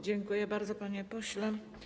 Dziękuję bardzo, panie pośle.